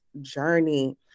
journey